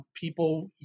people